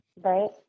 Right